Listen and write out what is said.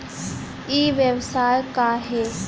ई व्यवसाय का हे?